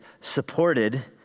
supported